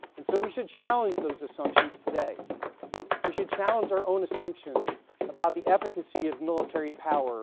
and so we should challenge those assumptions today we should challenge our own assumptions about the efficacy of military power